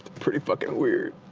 pretty fucking weird.